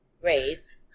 Great